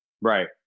Right